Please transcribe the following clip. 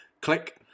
Click